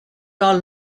are